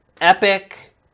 Epic